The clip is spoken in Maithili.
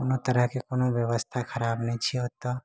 कोनो तरहकेँ कोनो व्यवस्था खराब नहि छै एतऽ